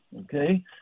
okay